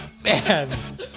Man